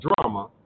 drama